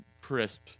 crisp